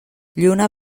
lluna